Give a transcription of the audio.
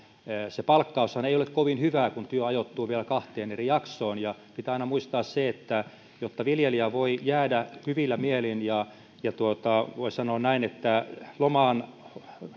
se palkkaushan ei ole kovin hyvää kun työ ajoittuu vielä kahteen eri jaksoon ja pitää aina muistaa se että jotta viljelijä voi jäädä hyvillä mielin ja ja voisi sanoa näin loman